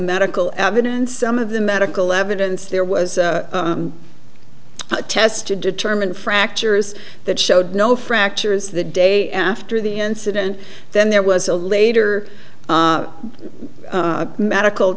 medical evidence some of the medical evidence there was a test to determine fractures that showed no fractures the day after the incident then there was a later medical